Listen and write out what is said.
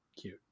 cute